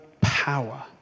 power